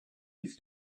his